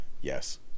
Yes